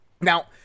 Now